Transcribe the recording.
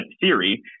theory